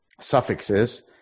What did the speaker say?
suffixes